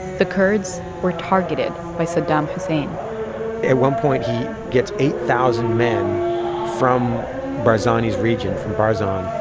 the kurds were targeted by saddam hussein at one point, he gets eight thousand men from barzani's region, from barzan,